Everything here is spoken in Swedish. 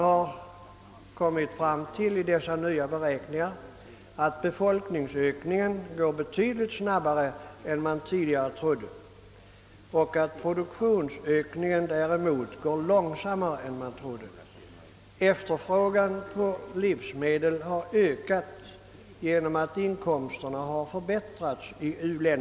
Enligt dessa nya beräkningar är befolkningsökningen betydligt snabbare och produktionsökningen långsammare än man tidigare trodde. Efterfrågan på livsmedel i uländerna har ökat på grund av att inkomsterna förbättrats.